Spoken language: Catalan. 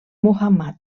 muhammad